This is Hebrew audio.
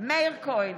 מאיר כהן,